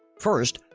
first,